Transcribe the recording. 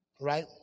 Right